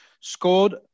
scored